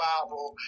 Bible